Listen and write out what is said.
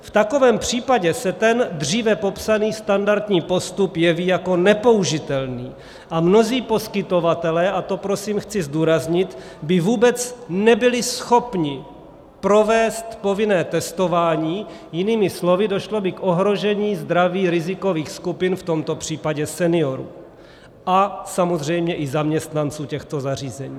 V takovém případě se ten dříve popsaný standardní postup jeví jako nepoužitelný a mnozí poskytovatelé, a to prosím chci zdůraznit, by vůbec nebyli schopni provést povinné testování, jinými slovy došlo by k ohrožení zdraví rizikových skupin, v tomto případě seniorů a samozřejmě i zaměstnanců těchto zařízení.